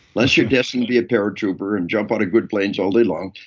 unless you're destined to be a paratrooper, and jump out of good planes all day long,